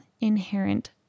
inherent